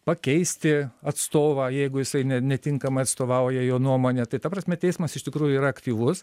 pakeisti atstovą jeigu jisai ne netinkamai atstovauja jo nuomone tai ta prasme teismas iš tikrųjų yra aktyvus